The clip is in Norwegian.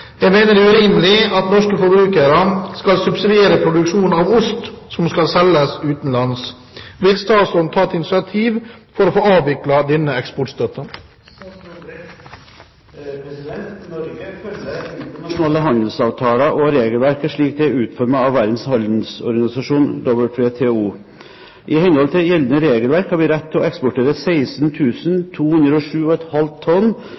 Jeg mener det er urimelig at norske forbrukere skal subsidiere produksjonen av ost som skal selges utenlands. Vil statsråden ta et initiativ for å få avviklet denne eksportstøtten?» Norge følger internasjonale handelsavtaler og regelverket slik det er utformet av Verdens handelsorganisasjon, WTO. I henhold til gjeldende regelverk har vi rett til å eksportere